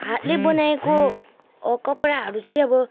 हातले बनाएको कपडाहरू चाहिँ अब